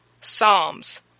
Psalms